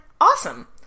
awesome